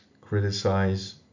criticize